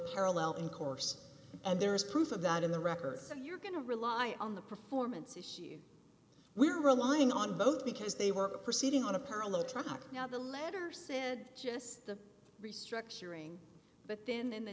parallel in course and there is proof of that in the records and you're going to rely on the performance issue we're relying on both because they were proceeding on a parallel truck now the latter said yes the restructuring but then in